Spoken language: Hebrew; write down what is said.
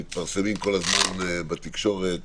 מתפרסם כל הזמן בתקשורת